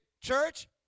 Church